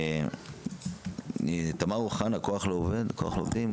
תמר אוחנה, כוח לעובדים.